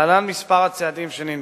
להלן כמה צעדים שננקטו.